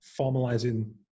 formalizing